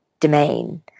domain